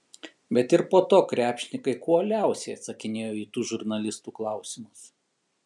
bet ir po to krepšininkai kuo uoliausiai atsakinėjo į tų žurnalistų klausimus